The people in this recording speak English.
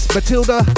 Matilda